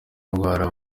ndwara